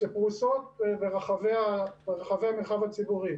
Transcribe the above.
שפרוסות ברחבי המרחב הציבורי,